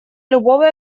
любого